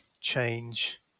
change